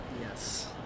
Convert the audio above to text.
Yes